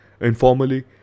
Informally